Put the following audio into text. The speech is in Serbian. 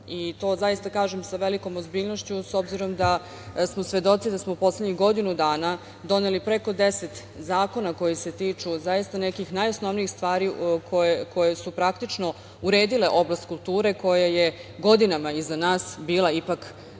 i to zaista kažem sa velikom ozbiljnošću, s obzirom da smo svedoci da smo poslednjih godinu dana doneli preko 10 zakona koji se tiču zaista nekih najosnovnijih stvari koje su praktično uredile oblast kulture koja je godinama iza nas bila ipak, to moram